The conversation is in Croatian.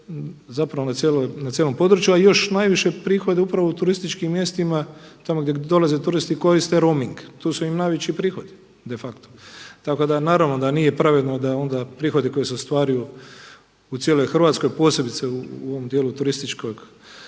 prihode na cijelom području, a još najviše prihode upravo u turističkim mjestima tamo gdje dolaze turiste koriste roming. Tu su im najveći prihodi de facto. Naravno da nije pravedno da onda prihodi koji se ostvaruju u cijeloj Hrvatskoj, posebice u ovom dijelu turističkog